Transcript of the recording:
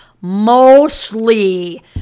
Mostly